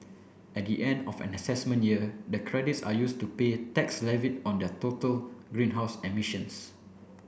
at the end of an assessment year the credits are used to pay tax levied on their total greenhouse emissions